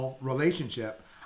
relationship